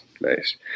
nice